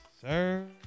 sir